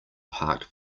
parked